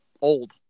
old